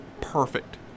perfect